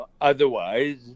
Otherwise